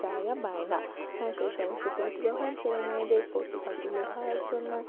জায়গা পায় না সেই সমস্ত প্রতিভাবান ছেলে মেয়েদের প্রতিভা তুলে ধরার জন্য